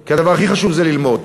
כי הדבר הכי חשוב זה ללמוד.